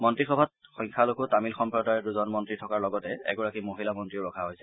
মন্ত্ৰীসভাত সংঘ্যালঘু তামিল সম্প্ৰদায়ৰ দুজন মন্ত্ৰী থকাৰ লগতে এগৰাকী মহিলা মন্ত্ৰীও ৰখা হৈছে